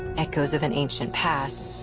echoes of an ancient past,